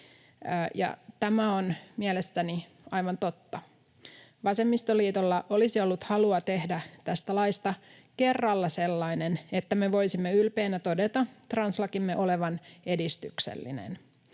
tämä on mielestäni aivan totta. Vasemmistoliitolla olisi ollut halua tehdä tästä laista kerralla sellainen, että me voisimme ylpeinä todeta translakimme olevan edistyksellinen.